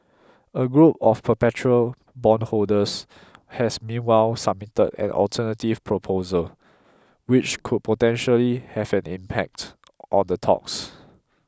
a group of perpetual bondholders has meanwhile submitted an alternative proposal which could potentially have an impact on the talks